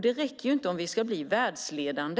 Det räcker inte om vi ska bli världsledande.